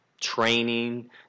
training